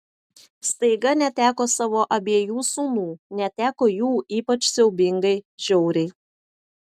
staiga neteko savo abiejų sūnų neteko jų ypač siaubingai žiauriai